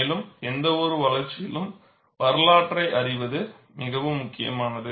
மேலும் எந்தவொரு வளர்ச்சியிலும் வரலாற்றை அறிவது மிகவும் முக்கியமானது